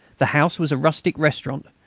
the house was a rustic restaurant,